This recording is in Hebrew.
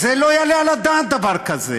לא יעלה על הדעת דבר כזה,